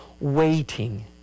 waiting